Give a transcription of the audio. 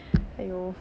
!aiyo!